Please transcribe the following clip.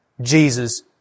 Jesus